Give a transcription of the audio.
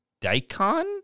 daikon